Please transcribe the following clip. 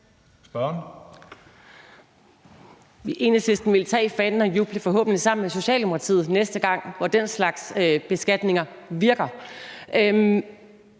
Enhedslisten ville tage fanen og juble, forhåbentlig sammen med Socialdemokratiet, næste gang, hvor den slags beskatninger virker.